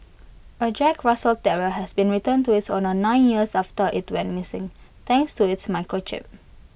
A Jack Russell terrier has been returned to its owners nine years after IT went missing thanks to its microchip